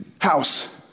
house